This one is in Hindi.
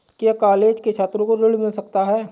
क्या कॉलेज के छात्रो को ऋण मिल सकता है?